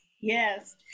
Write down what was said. Yes